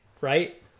Right